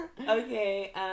Okay